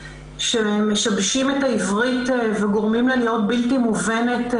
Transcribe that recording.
שמשבשים את העברית וגורמים לה להיות בלתי מובנת,